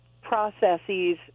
processes